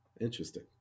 interesting